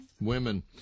Women